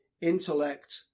intellect